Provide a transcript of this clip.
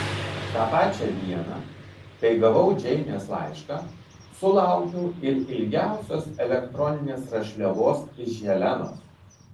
tą pačią dieną kai gavau džeinės laišką sulaukiau ir ilgiausios elektroninės rašliavos iš helenos